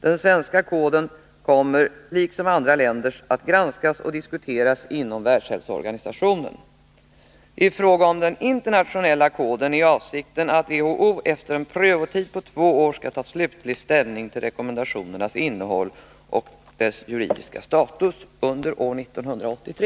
Den svenska koden kommer liksom andra länders att granskas och diskuteras inom världshälsoorganisationen. I fråga om den internationella koden är avsikten att WHO efter en prövotid på två år skall ta slutlig ställning till rekommendationernas innehåll och till kodens juridiska status under år 1983.